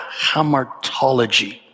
hamartology